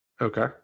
Okay